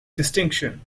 distinction